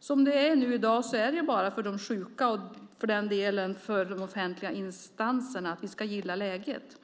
Som det är i dag är det bara för de sjuka och för den delen för de offentliga instanserna att gilla läget.